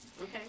Okay